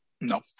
No